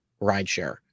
rideshare